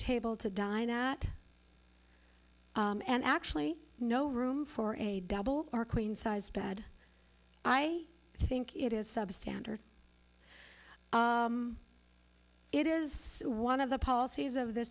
table to dine at and actually no room for a double or queen sized bed i think it is substandard it is one of the policies of th